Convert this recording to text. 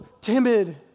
timid